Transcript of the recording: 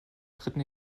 dritten